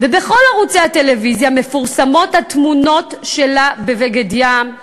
ובכל ערוצי הטלוויזיה מפורסמות התמונות שלה בבגד ים,